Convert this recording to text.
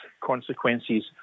consequences